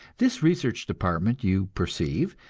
this research department, you perceive,